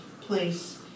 place